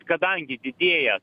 kadangi didėja